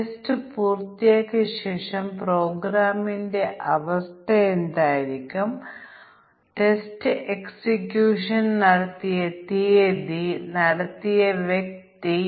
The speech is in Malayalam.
അതിനാൽ സ്പെസിഫിക്കേഷൻ തന്നെ ഒരു പ്രശ്നമാണ് വ്യക്തമായും ഈ സ്പെസിഫിക്കേഷനെ അടിസ്ഥാനമാക്കി എഴുതിയ കോഡിന് സമാനമായ പ്രശ്നം ഉണ്ടാകും